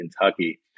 Kentucky